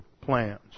plans